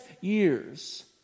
years